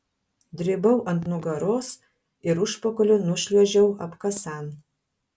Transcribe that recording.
dribau ant nugaros ir užpakaliu nušliuožiau apkasan